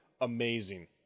amazing